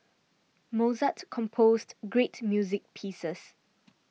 Mozart composed great music pieces